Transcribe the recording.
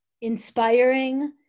inspiring